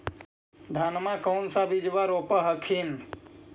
धनमा कौन सा बिजबा रोप हखिन?